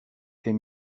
est